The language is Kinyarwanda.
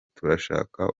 turashaka